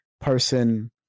person